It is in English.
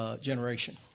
generation